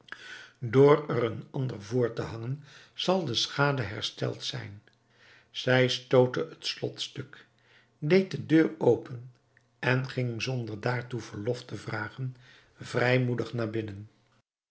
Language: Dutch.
door er een ander voor te hangen zal die schade hersteld zijn zij stootte het slot stuk deed de deur open en ging zonder daartoe verlof te vragen vrijmoedig naar binnen